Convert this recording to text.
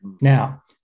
now